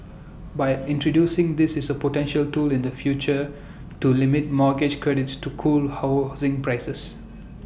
but introducing this is A potential tool in the future to limit mortgage credits to cool housing prices